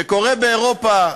שקורה באירופה.